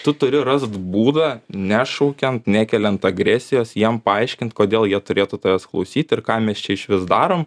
tu turi rast būdą nešaukiant nekeliant agresijos jiem paaiškint kodėl jie turėtų tavęs klausyt ir ką mes čia išvis darom